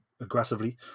aggressively